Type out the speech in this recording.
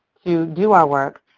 to do our work.